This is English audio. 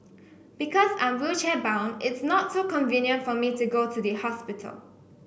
because I'm wheelchair bound it's not so convenient for me to go to the hospital